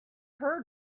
heard